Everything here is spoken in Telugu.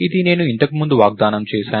ఇది నేను ఇంతకు ముందు వాగ్దానం చేసాను